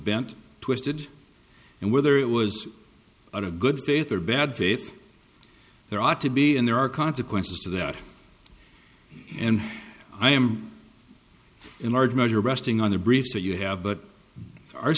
bent twisted and whether it was out of good faith or bad faith there ought to be in there are consequences to that and i am in large measure resting on the briefs that you have but